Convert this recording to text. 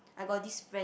I got this friend